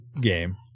game